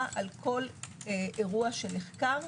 על כל אירוע שנחקר.